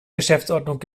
geschäftsordnung